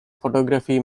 photography